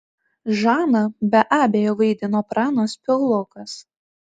žaną be abejo vaidino pranas piaulokas